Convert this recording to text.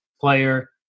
player